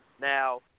Now